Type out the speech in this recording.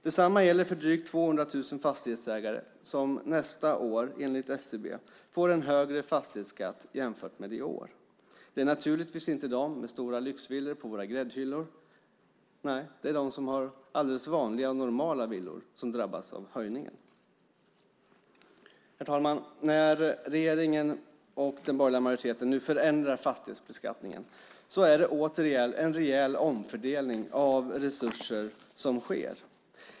Detsamma gäller för drygt 200 000 fastighetsägare som nästa år, enligt SCB, får en högre fastighetsskatt jämfört med i år. Det är naturligtvis inte de med stora lyxvillor på våra gräddhyllor, nej, det är de som har alldeles vanliga och normala villor som drabbas av höjningen. Herr talman! När regeringen och den borgerliga majoriteten nu förändrar fastighetsbeskattningen är det återigen en rejäl omfördelning av resurser som sker.